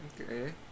okay